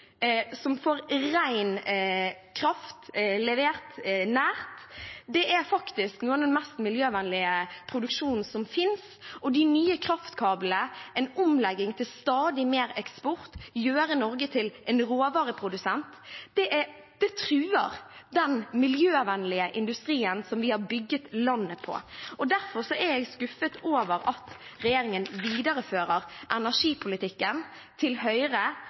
som får ren kraft levert nært, er faktisk noe av den mest miljøvennlige produksjonen som finnes. De nye kraftkablene og en omlegging til stadig mer eksport – gjøre Norge til en råvareprodusent – truer den miljøvennlige industrien som vi har bygget landet på. Derfor er jeg skuffet over at regjeringen viderefører energipolitikken til Høyre